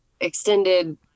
extended